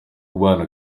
kubana